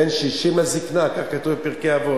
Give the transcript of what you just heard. בן 60 לזיקנה, כך כתוב בפרקי אבות.